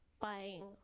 buying